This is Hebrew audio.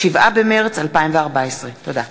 7 במרס 2014. תודה.